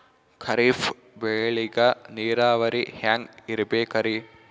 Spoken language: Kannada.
ಖರೀಫ್ ಬೇಳಿಗ ನೀರಾವರಿ ಹ್ಯಾಂಗ್ ಇರ್ಬೇಕರಿ?